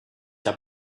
hab